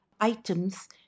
Items